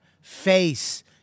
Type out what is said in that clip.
Face